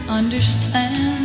understand